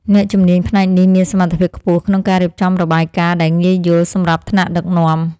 អ្នកជំនាញផ្នែកនេះមានសមត្ថភាពខ្ពស់ក្នុងការរៀបចំរបាយការណ៍ដែលងាយយល់សម្រាប់ថ្នាក់ដឹកនាំ។